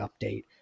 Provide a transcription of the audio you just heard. update